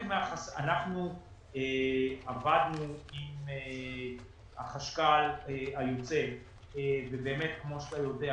אנחנו עבדנו עם החשכ"ל היוצא ובאמת כמו שאתה יודע,